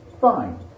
fine